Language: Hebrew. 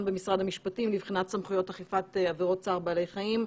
במשרד המשפטים לבחינת סמכויות אכיפת עבירות צער בעלי חיים.